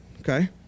okay